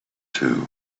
too